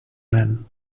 men